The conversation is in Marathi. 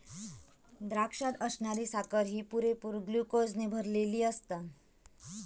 द्राक्षात असणारी साखर ही पुरेपूर ग्लुकोजने भरलली आसता